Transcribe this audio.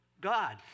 God